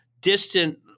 distant